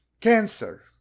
cancer